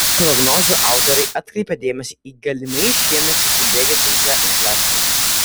prognozių autoriai atkreipia dėmesį į galimai šiemet įsibėgėsiančią infliaciją